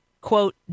quote